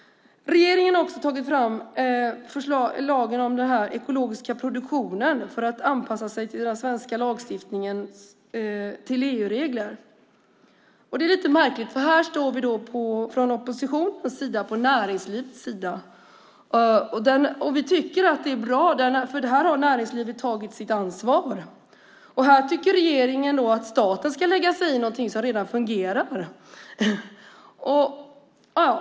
Regeringen har också tagit fram lagen om ekologisk produktion för att anpassa den svenska lagstiftningen till EU-regler. Det är lite märkligt. Här står vi i oppositionen på näringslivets sida. Vi tycker att det är bra, för här har näringslivet tagit sitt ansvar. Här tycker regeringen att staten ska lägga sig i något som redan fungerar.